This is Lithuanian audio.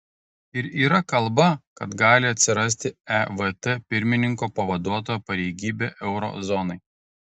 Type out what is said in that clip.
ir yra kalba kad gali atsirasti evt pirmininko pavaduotojo pareigybė euro zonai